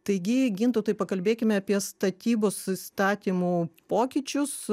taigi gintautai pakalbėkime apie statybos įstatymų pokyčius